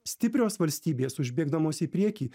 stiprios valstybės užbėgdamos į priekį